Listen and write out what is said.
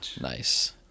nice